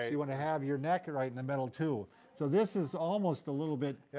you want to have your neck right in the middle, too so this is almost a little bit,